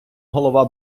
голова